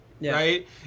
right